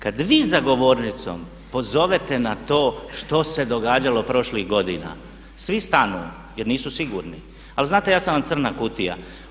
Kad vi za govornicom pozovete na to što se događalo prošlih godina svi stanu jer nisu sigurni ali znate ja sam vam crna kutija.